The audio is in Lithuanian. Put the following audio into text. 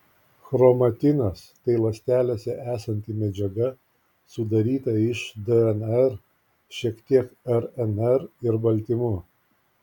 chromatinas tai ląstelėse esanti medžiaga sudaryta iš dnr šiek tiek rnr ir baltymų